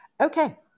Okay